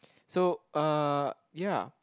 so uh ya